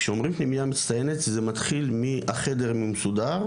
כשאומרים פנימייה מצטיינת זה מתחיל מהחדר מסודר,